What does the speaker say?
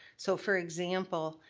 so, for example,